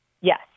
Yes